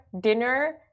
dinner